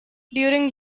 during